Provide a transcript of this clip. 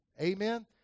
Amen